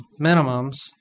minimums